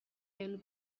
and